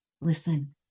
listen